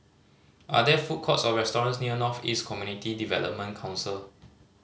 are there food courts or restaurants near North East Community Development Council